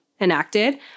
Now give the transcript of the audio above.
enacted